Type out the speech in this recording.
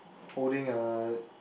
holding a